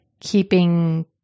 keeping